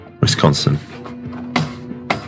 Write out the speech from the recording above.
Wisconsin